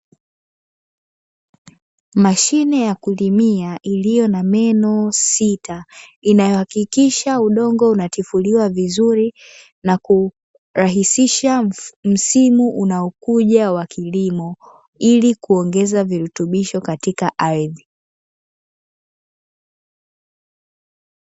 Mashine ya kulimia iliyo na meno sita inayo hakikisha udongo unatifuliwa vizuri na kurahisisha msimu unaokuja wa kilimo, ili kuongeza virutubisho katika ardhi.